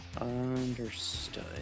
Understood